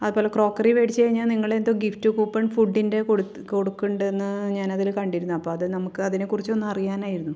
അതുപോലെ ക്രോകെറി വേടിച്ച് കഴിഞ്ഞാൽ നിങ്ങളെന്തോ ഗിഫ്റ്റ് കൂപ്പൺ ഫുഡിൻ്റെ കൊടുക്കുന്നുണ്ടെന്ന് ഞാനതിൽ കണ്ടിരുന്നു അപ്പോൾ നമുക്കതിനെ കുറിച്ചൊന്ന് അറിയാനായിരുന്നു